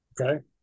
okay